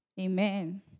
Amen